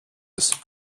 ist